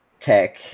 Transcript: tech